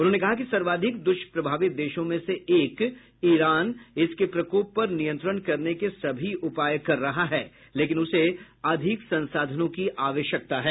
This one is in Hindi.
उन्होंने कहा कि सर्वाधिक दुष्प्रभावित देशों में से एक ईरान इसके प्रकोप पर नियंत्रण करने के सभी उपाय कर रहा है लेकिन उसे अधिक संसाधनों की आवश्यकता है